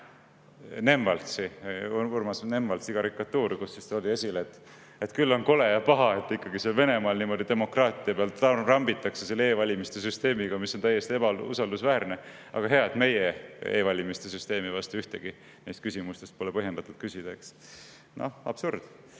karikatuur, Urmas Nemvaltsi karikatuur, kus toodi esile, et küll on kole ja paha, et Venemaal niimoodi demokraatia peal trambitakse selle e-valimiste süsteemiga, mis on täiesti ebausaldusväärne, aga hea, et meie e‑valimiste süsteemi vastu ühtegi neist küsimustest pole põhjendatud küsida. Absurd!